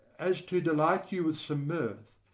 as to delight you with some mirth,